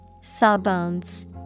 Sawbones